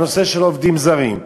הנושא של עובדים זרים,